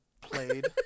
played